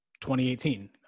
2018